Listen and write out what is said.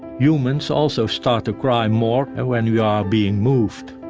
humans also start to cry more ah when we are being moved.